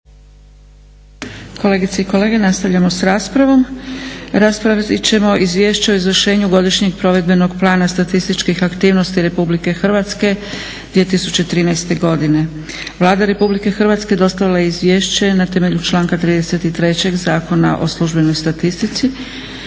Kolegice i kolege, nastavljamo s raspravom. Raspravit ćemo - Izvješće o izvršenju godišnjeg provedbenog plana statističkih aktivnosti Republike Hrvatske 2013. godine Vlada RH dostavila je izvješće na temelju članka 33. Zakona o službenoj statistici.